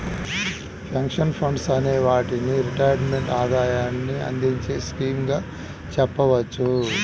pension funds అనే వాటిని retirement ఆదాయాన్ని అందించే స్కీమ్స్ గా చెప్పవచ్చు